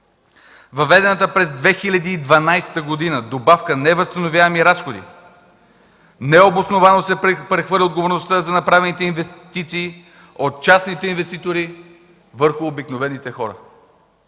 въведената през 2012 г. добавка невъзстановяеми разходи необосновано се прехвърля отговорността за направените инвестиции от частните инвеститори върху обикновените хора.